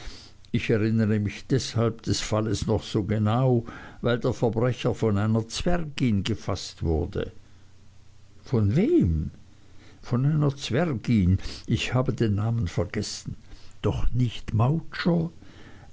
ich erinnere mich deshalb des falles noch so genau weil der verbrecher von einer zwergin gefaßt wurde von wem von einer zwergin ich habe den namen vergessen doch nicht